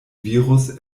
virus